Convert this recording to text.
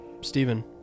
Stephen